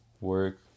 work